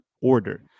order